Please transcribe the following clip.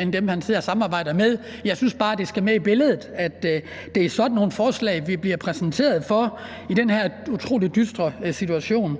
end dem, han sidder og samarbejder med, men jeg synes bare, det skal med i billedet, at det er sådan nogle forslag, vi bliver præsenteret for i den her utrolig dystre situation.